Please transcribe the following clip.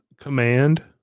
command